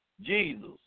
Jesus